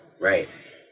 right